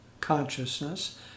consciousness